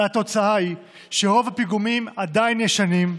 והתוצאה היא שרוב הפיגומים עדיין ישנים,